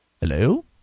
Hello